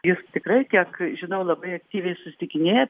jis tikrai kiek žinau labai aktyviai susitikinėja